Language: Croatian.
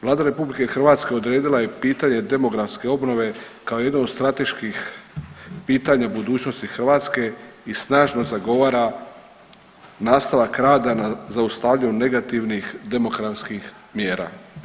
Vlada RH odredila je pitanje demografske obnove kao jedno od strateških pitanja budućnosti Hrvatske i snažno zagovara nastavak rada na zaustavljanju negativnih demografskih mjera.